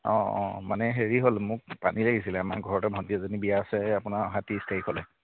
অ অ মানে হেৰি হ'ল মোক পানী লাগিছিলে আমাৰ ঘৰতে ভণ্টি এজনীৰ বিয়া আছে আপোনাৰ অহা ত্ৰিছ তাৰিখলৈ